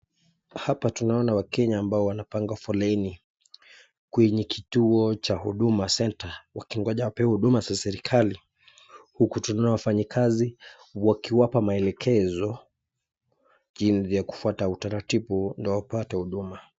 Hapa tunaona wakenya ambao wanapanga foleni kwenye kituo cha huduma center wakingoja kupewa huduma za serekali. Huku tunaona wafanyakazi wakiwapa maelekezo jinsi ya kufuata utaratibu ndo wapate huduma.